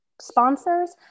sponsors